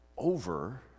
Over